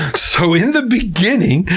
so in the beginning,